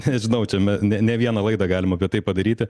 nežinau čia me ne ne vieną laidą galim apie tai padaryti